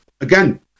again